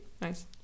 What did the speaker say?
Nice